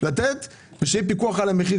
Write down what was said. שיהיה פיקוח על המחיר.